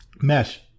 mesh